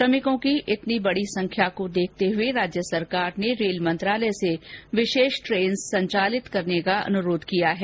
श्रमिकों की इतनी बडी संख्या को देखते हुए राज्य सरकार ने रेल मंत्रालय से विशेष ट्रेन संचालित करने का अनुरोध किया है